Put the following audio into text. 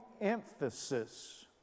emphasis